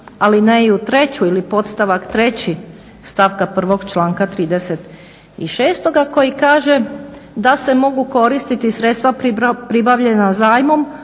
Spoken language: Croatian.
alineju treću ili podstavak 3. stavka 1. članka 36. koji kaže da se mogu koristiti sredstva pribavljena zajmom